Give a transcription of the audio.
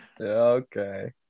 Okay